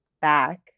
back